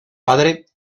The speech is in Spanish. padre